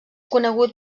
conegut